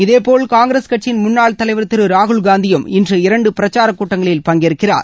இதேபோல் காங்கிரஸ் கட்சியின் முன்னாள் தலைவர் திரு ராகுல் காந்தியும் இன்று இரண்டு பிரச்சார கூட்டங்களில் பங்கேற்கிறார்